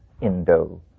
Indo